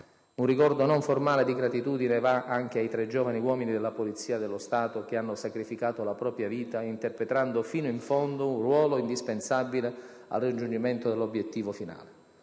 Un ricordo non formale di gratitudine va anche ai tre giovani uomini della Polizia di Stato che hanno sacrificato la propria vita interpretando fino in fondo un ruolo indispensabile al raggiungimento dell'obiettivo finale.